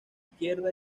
izquierda